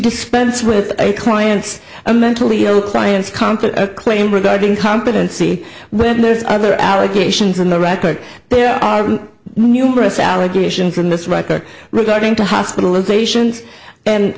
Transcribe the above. dispense with a client's a mentally ill clients come to a claim regarding competency when there's other allegations on the record there are numerous allegations from this record regarding to hospitalizations and